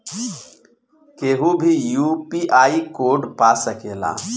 केहू भी UPI code पा सकेला?